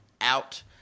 out